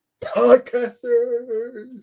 Podcasters